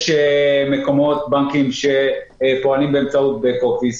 יש בנקים שפועלים באמצעות בק אופיס.